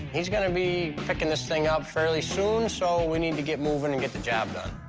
he's gonna be picking this thing up fairly soon, so we need to get moving and get the job done.